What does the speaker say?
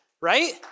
right